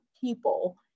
people